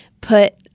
put